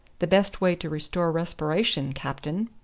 the best way to restore respiration, captain.